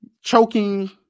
choking